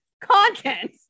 content